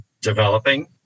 developing